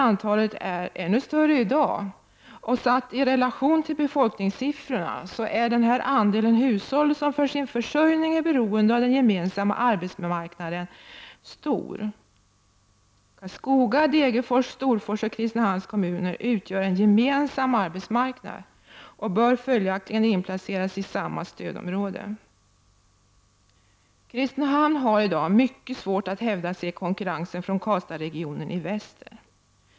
Antalet är ännu större i dag, och satt i relation till befolkningssiffrorna är andelen hushåll som för sin försörjning är beroende av den gemensamma arbetsmarknaden stor. Karlskoga, Degerfors, Storfors och Kristinehamns kommuner utgör en gemensam arbetsmarknad och bör följaktligen inplaceras i samma stödområde. Kristinehamn har i dag mycket svårt att hävda sig i konkurrensen från Karlstadsregionen i väster.